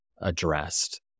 addressed